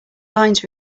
lines